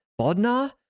Bodnar